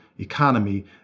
economy